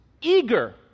eager